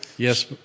Yes